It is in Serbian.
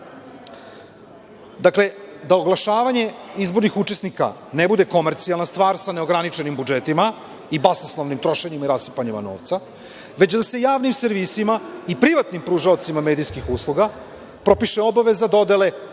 da oglašavanje izbornih učesnika ne bude komercijalna stvar sa ograničenim budžetima i basnoslovnim trošenjem i rasipanjem novca, već da se javnim servisima i privatnim pružaocima medijskih usluga propiše obaveza dodele